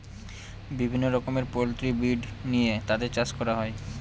বিভিন্ন রকমের poultry breed নিয়ে তাদের চাষ করা হয়